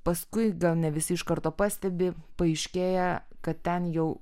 paskui gal ne visi iš karto pastebi paaiškėja kad ten jau